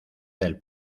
del